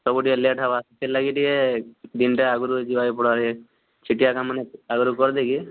ସବୁ ଟିକେ ଲେଟ୍ ହେବାର ସେଥିଲାଗି ଟିକେ ଦିନଟେ ଆଗରୁ ଯିବାକୁ ପଡ଼ିବ ହେ ସେଠିକା କାମ ଆଗରୁ କରିଦେଇକି